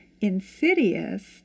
insidious